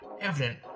Evident